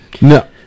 No